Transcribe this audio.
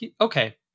okay